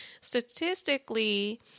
statistically